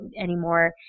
anymore